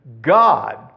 God